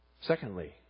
Secondly